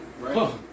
right